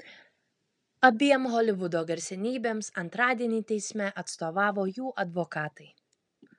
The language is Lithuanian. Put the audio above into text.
abiem holivudo garsenybėms antradienį teisme atstovavo jų advokatai